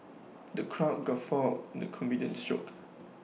the crowd guffawed the comedian's jokes